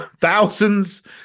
thousands